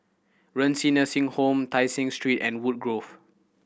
Renci Nursing Home Tai Seng Street and Woodgrove